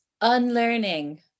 unlearning